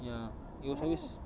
ya it was always